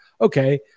Okay